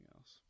else